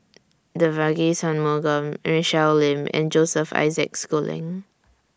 Devagi Sanmugam Michelle Lim and Joseph Isaac Schooling